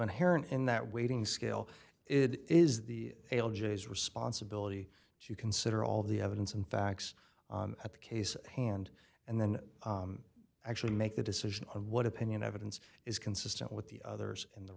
inherent in that waiting scale it is the algaes responsibility to consider all the evidence and facts of the case hand and then actually make the decision of what opinion evidence is consistent with the others in the